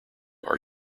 are